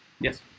Yes